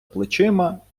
плечима